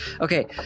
Okay